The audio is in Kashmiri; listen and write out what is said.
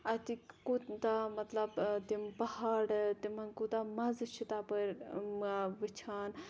اَتہِ کوٗتاہ مَطلَب تِم پہاڑٕ تِمَن کوٗتاہ مَزٕ چھُ تَپٲرۍ وٕچھان